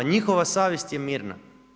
Njihova savjest je mirna.